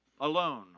alone